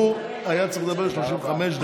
הוא היה צריך לדבר 35 דקות,